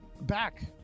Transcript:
back